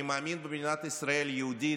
אני מאמין במדינת ישראל יהודית,